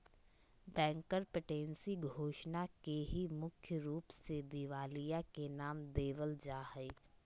bankruptcy घोषणा के ही मुख्य रूप से दिवालिया के नाम देवल जा हय